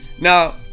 now